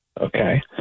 Okay